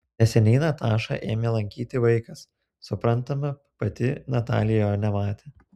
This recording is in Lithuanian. neseniai natašą ėmė lankyti vaikas suprantama pati natalija jo nematė